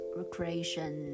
recreation